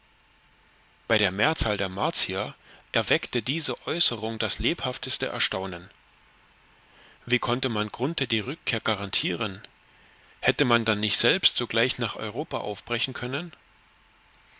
bei der mehrzahl der martier erweckte diese äußerung das lebhafteste erstaunen wie konnte man grunthe die rückkehr garantieren hätte man dann nicht selbst sogleich nach europa aufbrechen können